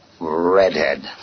redhead